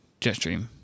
Jetstream